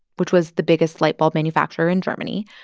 which was the biggest light bulb manufacturer in germany?